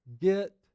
get